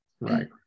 right